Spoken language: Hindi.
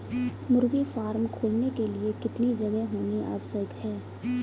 मुर्गी फार्म खोलने के लिए कितनी जगह होनी आवश्यक है?